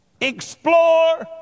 explore